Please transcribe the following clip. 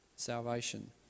salvation